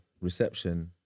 Reception